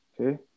Okay